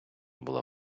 була